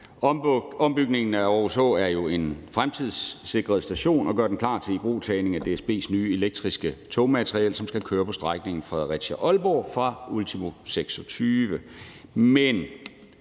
Ombygningen af Aarhus H er jo en fremtidssikring af stationen, der gør den klar til ibrugtagning af DSB's nye elektriske togmateriel, som skal køre på strækningen Fredericia-Aalborg fra ultimo 2026.